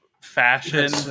fashion